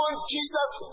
Jesus